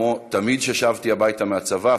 כמו תמיד כששבתי הביתה מהצבא,